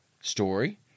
story